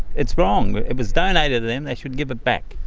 it's wrong. it was donated to them, they should give it back.